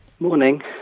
Morning